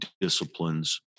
disciplines